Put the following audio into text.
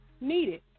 needed